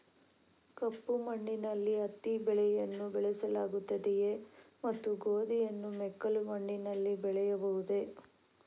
ಕಪ್ಪು ಮಣ್ಣಿನಲ್ಲಿ ಹತ್ತಿ ಬೆಳೆಯನ್ನು ಬೆಳೆಸಲಾಗುತ್ತದೆಯೇ ಮತ್ತು ಗೋಧಿಯನ್ನು ಮೆಕ್ಕಲು ಮಣ್ಣಿನಲ್ಲಿ ಬೆಳೆಯಬಹುದೇ?